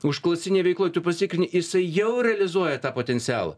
užklasinėj veikloj tu pasitikrini jisai jau realizuoja tą potencialą